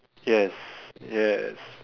yes yes